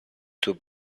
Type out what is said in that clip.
tout